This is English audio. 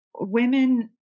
Women